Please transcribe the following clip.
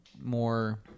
more